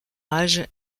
âge